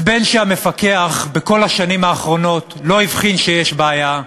אז בין שהמפקח בכל השנים האחרונות לא הבחין שיש בעיה,